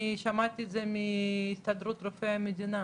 אני שמעתי את זה מהסתדרות רופאי המדינה.